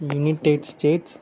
United States